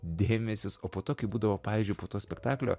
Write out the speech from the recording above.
dėmesys o po to kai būdavo pavyzdžiui po to spektaklio